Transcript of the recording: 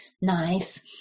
nice